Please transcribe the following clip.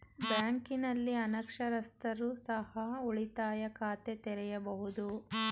ಬ್ಯಾಂಕಿನಲ್ಲಿ ಅನಕ್ಷರಸ್ಥರು ಸಹ ಉಳಿತಾಯ ಖಾತೆ ತೆರೆಯಬಹುದು?